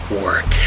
work